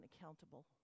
accountable